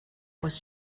was